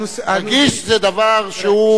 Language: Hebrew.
רגיש זה דבר שהוא,